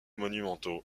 monumentaux